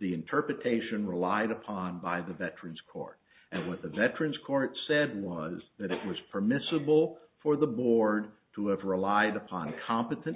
the interpretation relied upon by the veterans court and with the veterans court said was that it was permissible for the board to have relied upon competent